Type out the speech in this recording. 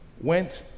went